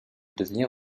devenir